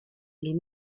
les